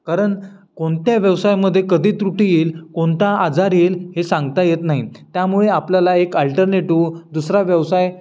कारण कोणत्या व्यवसायामध्ये कधी त्रुटी येईल कोणता आजार येईल हे सांगता येत नाही त्यामुळे आपल्याला एक अल्टरनेटिव दुसरा व्यवसाय